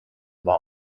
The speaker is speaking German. war